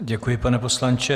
Děkuji, pane poslanče.